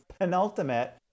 penultimate